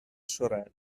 sorelle